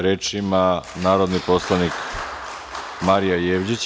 Reč ima narodni poslanik Marija Jevđić.